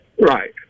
Right